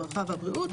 הרווחה והבריאות,